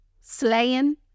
slaying